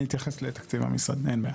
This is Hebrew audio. אני אתייחס לתקציב המשרד, אין בעיה.